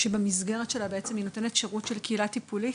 שמסגרתה היא בעצם נותנת שירות של קהילה טיפולית,